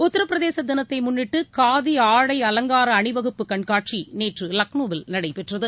உத்தரபிரதேச தினத்தை முன்னிட்டு காதி ஆடை அலங்கார அணிவகுப்பு கண்காட்சி நேற்று லக்னோவில் நடைபெற்றது